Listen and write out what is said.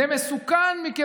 זה מסוכן.